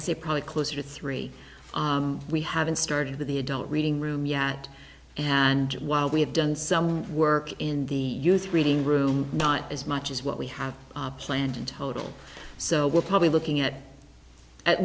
i say probably closer to three we haven't started with the adult reading room yet and while we have done some work in the youth reading room not as much as what we have planned in total so we're probably looking at at